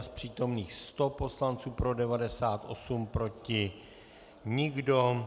Z přítomných 100 poslanců pro 98, proti nikdo.